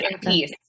peace